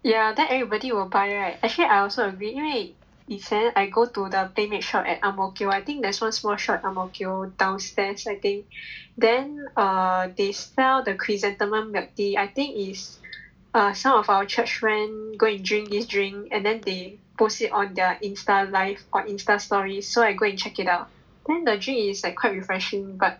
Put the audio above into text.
ya then everybody will buy right actually I also agree 因为以前 I go to the Playmade shop at Ang-Mo-Kio I think there is one small shop at Ang-Mo-Kio downstairs I think then err they sell the chrysanthemum milk tea I think is err some of our church friend go and drink this drink and then they post it on their Insta life or Insta story so I go and check it out then the drink is quite refreshing but